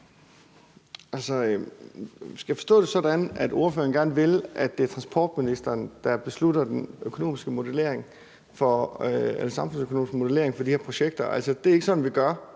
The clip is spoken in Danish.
Skal jeg forstå det sådan, at spørgeren gerne vil have, at det er transportministeren, der beslutter den samfundsøkonomiske modellering for de her projekter? Altså, det er ikke sådan, vi gør